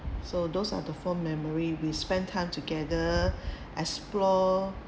so those are the fond memory we spend time together explore